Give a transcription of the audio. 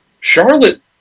Charlotte